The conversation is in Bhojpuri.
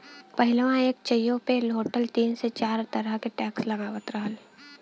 पहिलवा एक चाय्वो पे होटल तीन से चार तरह के टैक्स लगात रहल